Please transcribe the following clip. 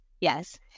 Yes